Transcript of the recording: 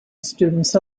students